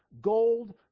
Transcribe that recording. gold